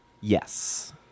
Yes